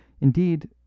Indeed